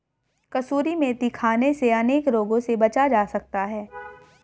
कसूरी मेथी खाने से अनेक रोगों से बचा जा सकता है